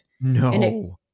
No